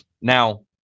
Now